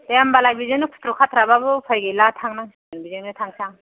दे होमबालाय बिजोंनो खुथ्रु खाथ्रा बाबो उफाय गैला थांनांसिगोन बिजोंनो थांसां